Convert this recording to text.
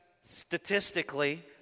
statistically